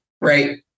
right